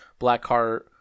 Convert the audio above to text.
Blackheart